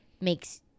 makes